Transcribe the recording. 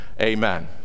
amen